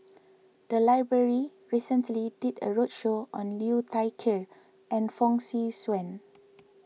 the library recently did a roadshow on Liu Thai Ker and Fong Swee Suan